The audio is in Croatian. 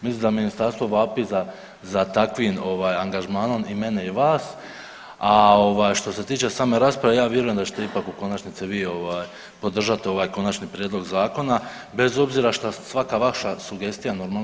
Mislim da ministarstvo vapi za takvim angažmanom i mene i vas, a što se tiče same rasprave ja vjerujem da ćete ipak u konačnici vi podržati ovaj konačni prijedlog zakona bez obzira šta svaka vaša sugestija normalno